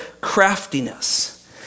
craftiness